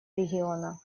региона